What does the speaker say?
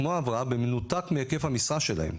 כמו הבראה במנותק מהיקף המשרה שלהם,